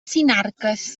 sinarques